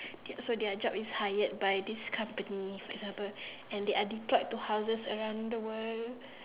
their so their job is hired by these company for example and they are deployed to houses around the world